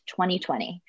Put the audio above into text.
2020